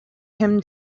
him